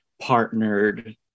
partnered